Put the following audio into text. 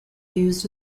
used